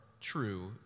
true